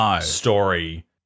story